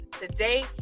today